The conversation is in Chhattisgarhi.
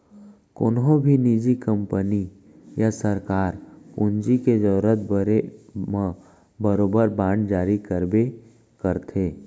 कोनों भी निजी कंपनी या सरकार पूंजी के जरूरत परे म बरोबर बांड जारी करबे करथे